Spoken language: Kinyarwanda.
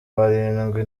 barindwi